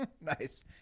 Nice